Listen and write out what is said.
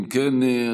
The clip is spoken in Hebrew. אם כן,